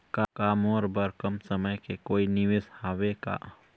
का मोर बर कम समय के कोई निवेश हावे का?